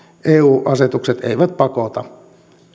eu asetukset eivät pakota